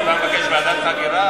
אתה מבקש ועדת חקירה?